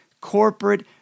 corporate